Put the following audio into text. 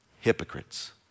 hypocrites